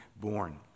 born